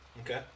Okay